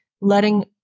letting